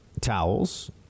towels